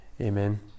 Amen